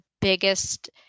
biggest